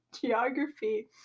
geography